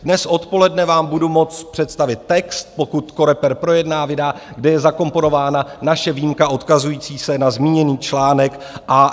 Dnes odpoledne vám budu moct představit text, pokud COREPER projedná, vydá, kde je zakomponována naše výjimka odkazující se na zmíněný článek AMMR.